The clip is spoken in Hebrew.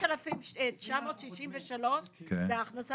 5,963 ההכנסה